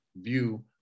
view